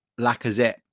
Lacazette